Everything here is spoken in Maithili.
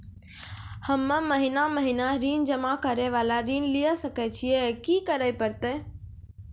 हम्मे महीना महीना ऋण जमा करे वाला ऋण लिये सकय छियै, की करे परतै?